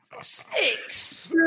Six